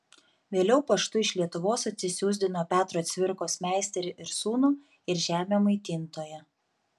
vėliau paštu iš lietuvos atsisiųsdino petro cvirkos meisterį ir sūnų ir žemę maitintoją